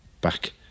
back